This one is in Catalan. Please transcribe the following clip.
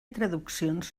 traduccions